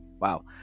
Wow